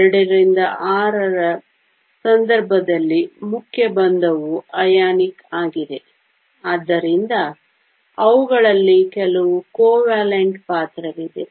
II VI ಯ ಸಂದರ್ಭದಲ್ಲಿ ಮುಖ್ಯ ಬಂಧವು ಅಯಾನಿಕ್ ಆಗಿದೆ ಆದ್ದರಿಂದ ಅವುಗಳಲ್ಲಿ ಕೆಲವು ಕೋವೆಲೆಂಟ್ ಪಾತ್ರವಿದೆ